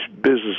business